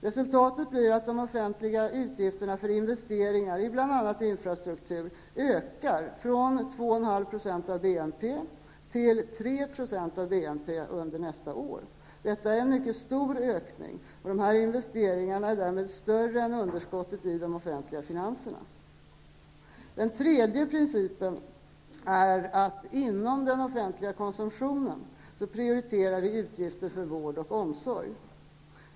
Resultatet blir att de offentliga utgifterna för investeringar i bl.a. infrastrukturen ökar från 2,5 % till 3 % av BNP under nästa år. Det är en mycket stor ökning, och dessa investeringar är därmed större än underskottet i de offentliga finanserna. Den tredje principen är att vi inom den offentliga konsumtionen prioriterar utgifter för vård och omsorg.